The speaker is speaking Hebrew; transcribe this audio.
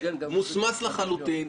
זה מוסמס לחלוטין.